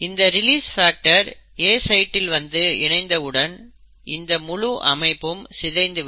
இந்த release factor A சைட்டில் வந்து இணைந்தவுடன் இந்த முழு அமைப்பும் சிதைந்து விடும்